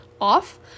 off